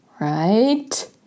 right